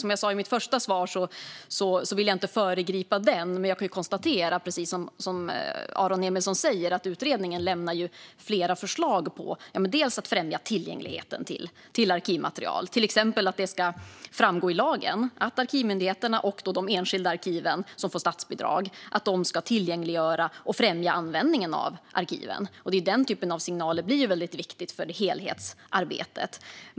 Som jag sa i mitt första svar vill jag inte föregripa den, men jag kan konstatera, precis som Aron Emilsson säger, att utredningen lämnar flera förslag om att främja tillgängligheten till arkivmaterial, till exempel att det ska framgå i lagen att arkivmyndigheterna och de enskilda arkiv som får statsbidrag ska tillgängliggöra arkiven och främja användningen av dem. Den typen av signaler blir väldigt viktiga för helhetsarbetet.